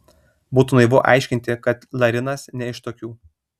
būtų naivu aiškinti kad larinas ne iš tokių